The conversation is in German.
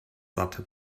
satte